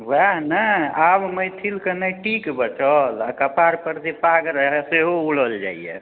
ओएह ने आब मैथिलके नहि टीक बचल आ कपार पर जे पाग रहऽ सेहो उड़ल जाइए